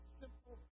simple